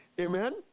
Amen